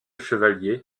chevaliers